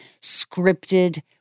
scripted